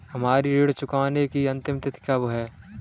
हमारी ऋण चुकाने की अंतिम तिथि कब है?